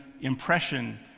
impression